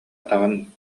атаҕын